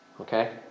okay